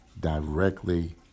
directly